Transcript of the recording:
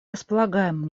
располагаем